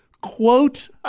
Quote